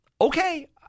Okay